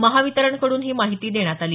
महावितरणकडून ही माहिती देण्यात आली